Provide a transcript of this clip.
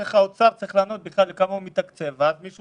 האוצר צריך לענות בכלל בכמה הוא מתקצב ואז מישהו